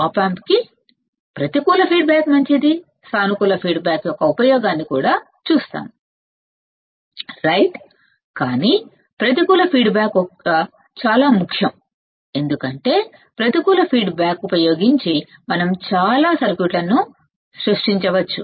ఆప్ amp కి ప్రతికూల feedback మంచిది సానుకూల ఫీడ్బ్యాక్ యొక్క ఉపయోగాన్ని కూడా చూస్తాము సరేకానీ ప్రతికూల ఫీడ్బ్యాక్ చాలా ముఖ్యం ఎందుకంటే ప్రతికూల ఫీడ్బ్యాక్ ఉపయోగించి మనం చాలా సర్క్యూట్లను సృష్టించవచ్చు